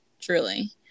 truly